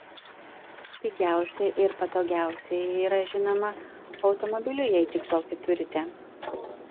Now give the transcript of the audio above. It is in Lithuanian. pigiausia ir patogiausia yra žinoma automobiliu jei tik tokį turite